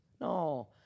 No